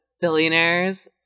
billionaires